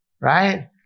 Right